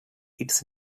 its